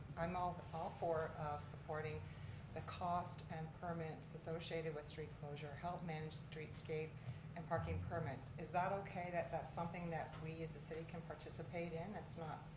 i'm all ah for supporting the cost and permits associated with street closure. help manage the street scape and parking permits. is that okay that that's something that we as a city can participate in, and it's not,